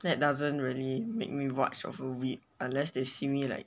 that doesn't really make me much of a weeb unless they see me like